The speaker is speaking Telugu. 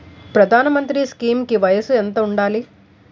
ప్రధాన మంత్రి స్కీమ్స్ కి వయసు ఎంత ఉండాలి?